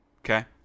Okay